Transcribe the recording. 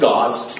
God's